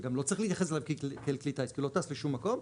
וגם לא צריך להתייחס אליו ככלי טיס כי הוא לא טס לשום מקום,